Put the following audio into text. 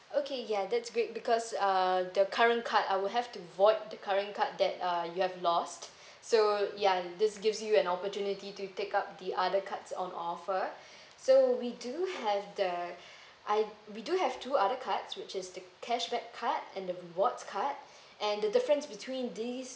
okay ya that's great because uh the current card I will have to void the current card that uh you've lost so ya this gives you an opportunity to take up the other cards on offer so we do have the I we do have two other cards which is the cashback card and the rewards card and the difference between these